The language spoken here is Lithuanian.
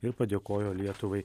ir padėkojo lietuvai